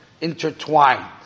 intertwined